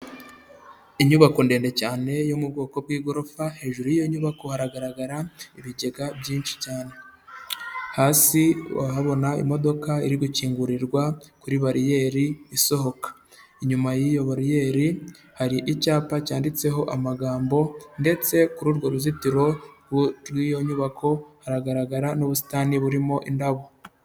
Inyubako ndende cyane yo mu bwoko bw'igorofa, hejuru y'i nyubako hagaragara ibigega byinshi cyane. Hasi wahabona imodoka iri gukingurirwa kuri bariyeri isohoka. Inyuma y'iyo bariyeri hari icyapa cyanditseho amagambo, ndetse kuri urwo ruzitiro rw'iyo nyubako hagaragara n'ubusitani burimo indabo.